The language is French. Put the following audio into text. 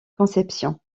conception